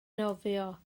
nofio